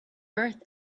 birth